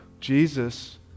Jesus